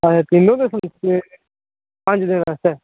अच्छा तिन रूम करने पंज दिन आस्तै